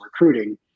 recruiting